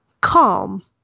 calm